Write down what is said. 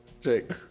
Jake